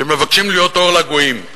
שמבקשים להיות אור לגויים,